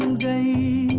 um day.